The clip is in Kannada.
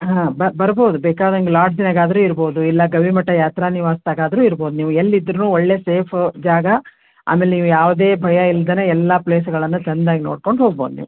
ಹಾಂ ಬರ್ಬಹುದು ಬೇಕಾದಂತೆ ಲಾಡ್ಜ್ನಾಗಾದ್ರೂ ಇರ್ಬಹುದು ಇಲ್ಲ ಗವಿಮಠ ಯಾತ್ರ ನಿವಾಸದಾಗಾದ್ರು ಇರ್ಬಹುದು ನೀವು ಎಲ್ಲಿದ್ದರೂನು ಒಳ್ಳೆ ಸೇಫ್ ಜಾಗ ಆಮೇಲೆ ನೀವು ಯಾವುದೇ ಭಯ ಇಲ್ಲದೇನೆ ಎಲ್ಲ ಪ್ಲೇಸ್ಗಳನ್ನು ಚೆಂದಾಗಿ ನೋಡ್ಕೊಂಡು ಹೋಗ್ಬಹುದು ನೀವು